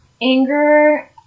anger